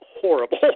horrible